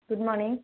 good morning